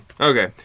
Okay